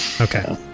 Okay